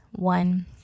one